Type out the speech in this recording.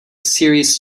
serious